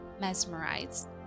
mesmerized